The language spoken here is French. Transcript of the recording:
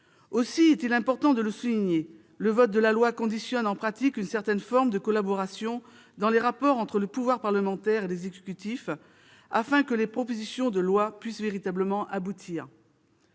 Aussi, et il est important de le souligner, le vote de la loi conditionne en pratique une certaine forme de collaboration dans les rapports entre le pouvoir parlementaire et l'exécutif, afin que des propositions de loi puissent véritablement aboutir.